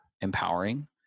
empowering